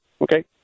Okay